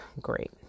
great